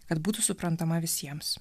kad būtų suprantama visiems